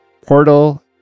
Portal